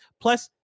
plus